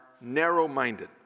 narrow-minded